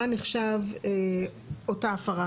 מה נחשב אותה הפרה?